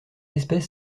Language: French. espèce